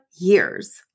years